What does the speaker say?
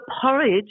porridge